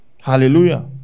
Hallelujah